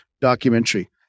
documentary